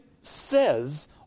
says